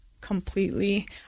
completely